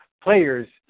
players